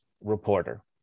reporter